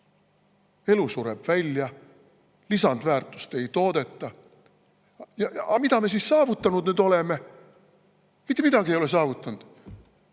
Elu sureb välja, lisandväärtust ei toodeta. Aga mida me saavutanud oleme? Mitte midagi ei ole saavutanud.